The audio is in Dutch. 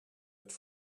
het